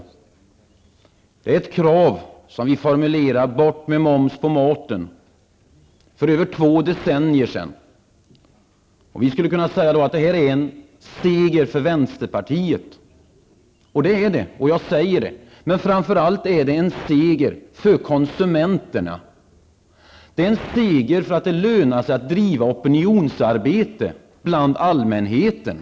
Bort med moms på maten är ett krav som vi formulerade för över två decennier sedan. Det här är så att säga en seger för vänsterpartiet, men framför allt en seger för konsumenterna. Det är en seger som visar att det lönar sig att bedriva opinionsarbete bland allmänheten.